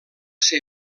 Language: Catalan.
ser